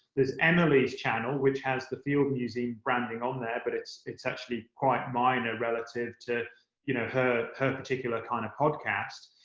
there's emily's channel, which has the field museum branding on there but it's it's actually quite minor, relative to you know her her particular kind of podcast,